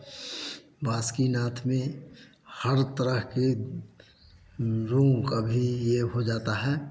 बासुकीनाथ में हर तरह के रुंक अभी यह अभी यह हो जाता है